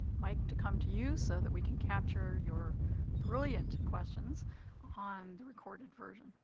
mic to come to you so that we can capture your brilliant questions on the recorded version.